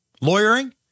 lawyering